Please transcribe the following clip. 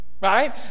Right